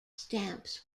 stamps